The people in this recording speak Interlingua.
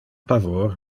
pavor